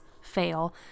fail